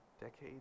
decades